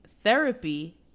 Therapy